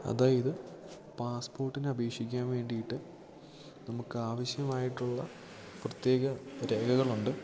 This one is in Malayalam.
അതായത് പാസ്പോർട്ടിന് അപേക്ഷിക്കാൻ വേണ്ടിയിട്ട് നമുക്ക് ആവശ്യമായിട്ടുള്ള പ്രത്യേക രേഖകളുണ്ട്